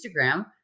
Instagram